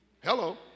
Hello